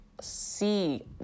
see